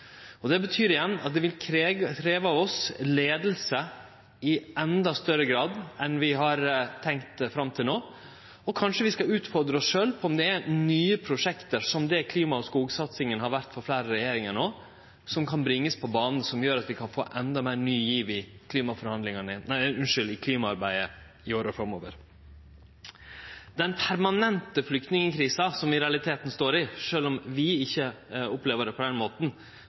Det betyr igjen at det vil krevje leiing av oss i endå større grad enn vi har tenkt fram til no, og kanskje vi skal utfordre oss sjølve på om det er nye prosjekt – som det klima- og skogsatsinga har vore for fleire regjeringar no – som kan bringast på banen, som gjer at vi endå meir kan få ein ny giv i klimaarbeidet i åra framover. Den permanente flyktningkrisa som vi realiteten står i, sjølv om vi ikkje opplever det på den måten